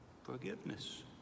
Forgiveness